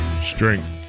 Strength